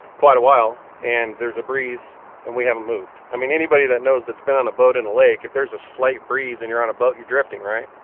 quite a while, and there's a breeze and we haven't moved. i mean anybody that knows, that's been on a boat in a lake, if there's a slight breeze and you're on a boat, you're drifting, right?